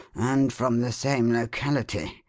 and from the same locality.